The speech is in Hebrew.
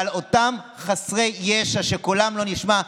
אבל אותם חסרי ישע שקולם לא נשמע,